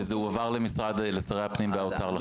-- וזה הועבר לשרי הפנים והאוצר לחתימה.